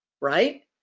right